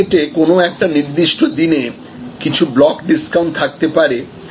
super মার্কেটে কোন একটা নির্দিষ্ট দিনে কিছু ব্লক ডিসকাউন্ট থাকতে পারে